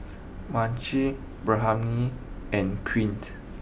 Mychal and Quint